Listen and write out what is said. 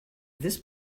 this